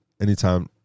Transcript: anytime